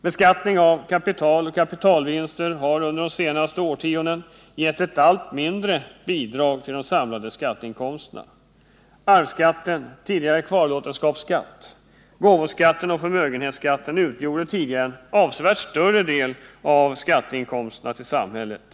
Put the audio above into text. Beskattning av kapital och kapitalvinster har under de senaste årtiondena gett ett allt mindre bidrag till de samlade skatteinkomsterna. Arvsskatten, tidigare kvarlåtenskapsskatt, gåvoskatten och förmögenhetsskatten utgjorde tidigare en avsevärt större del av skatteinkomsterna till samhället.